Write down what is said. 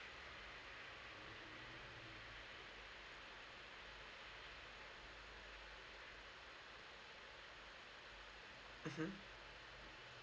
mmhmm